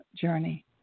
journey